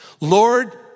Lord